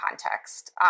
context